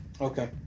Okay